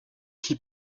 qui